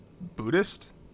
buddhist